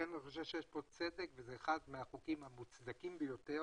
לכן אני חושב שזה אחד החוקים המוצדקים ביותר